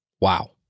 Wow